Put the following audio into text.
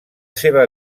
seva